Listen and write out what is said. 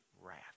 wrath